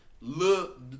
look